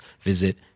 visit